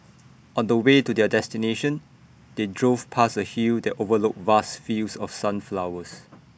on the way to their destination they drove past A hill that overlooked vast fields of sunflowers